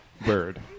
Bird